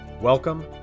Welcome